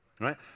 right